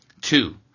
Two